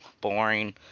boring